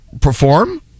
perform